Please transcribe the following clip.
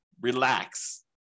relax